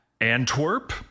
Antwerp